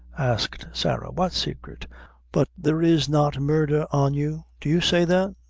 asked sarah what saicret but there is not murder on you do you say that?